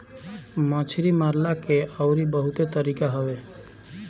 मछरी मारला के अउरी बहुते तरीका हवे